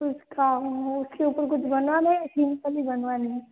उसका उसके ऊपर कुछ बनवाने है या सिम्पल ही बनवाने हैं